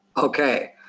okay.